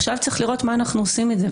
עכשיו צריך לראות מה אנחנו עושים עם זה.